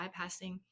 bypassing